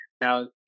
now